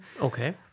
Okay